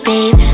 Babe